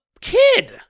kid